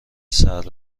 سرد